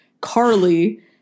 Carly –